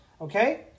okay